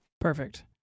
Perfect